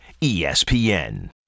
ESPN